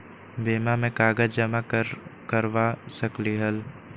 बीमा में कागज जमाकर करवा सकलीहल?